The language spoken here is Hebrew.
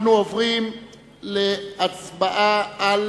אנחנו עוברים להצבעה על